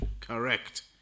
Correct